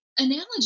Analogy